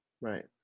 Right